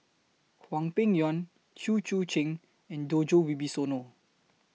Hwang Peng Yuan Chew Choo and Djoko Wibisono